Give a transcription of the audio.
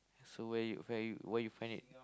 so where you where you where you find it